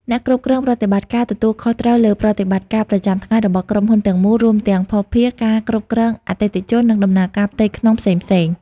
អ្នកគ្រប់គ្រងប្រតិបត្តិការ ទទួលខុសត្រូវលើប្រតិបត្តិការប្រចាំថ្ងៃរបស់ក្រុមហ៊ុនទាំងមូល រួមទាំងភស្តុភារ ការគ្រប់គ្រងអតិថិជន និងដំណើរការផ្ទៃក្នុងផ្សេងៗ។